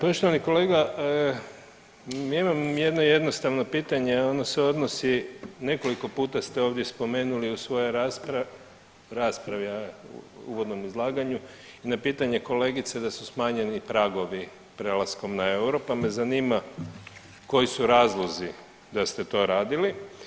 Poštovani kolega ja imam jedno jednostavno pitanje ono se odnosi nekoliko puta ste ovdje spomenuli u svojoj raspravi, a uvodom izlaganju na pitanje kolegice da su smanjeni pragovi prelaskom na euro pa me zanima koji su razlozi da ste to radili.